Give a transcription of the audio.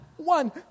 one